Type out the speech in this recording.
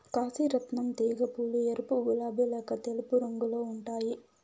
కాశీ రత్నం తీగ పూలు ఎరుపు, గులాబి లేక తెలుపు రంగులో ఉంటాయి